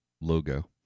logo